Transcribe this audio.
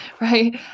right